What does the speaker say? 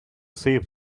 save